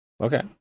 Okay